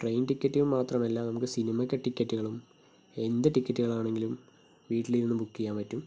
train ticket മാത്രമല്ല നമുക്ക് സിനിമക്ക് ടിക്കറ്റുകളും എന്ത് ടിക്കറ്റുകളാണെങ്കിലും വീട്ടിലിരുന്നു ബുക്ക് ചെയ്യാൻ പറ്റും